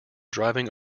driving